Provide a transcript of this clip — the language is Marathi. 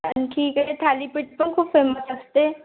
आणि ठीक आहे थालीपीठ पण खूप फेमस असते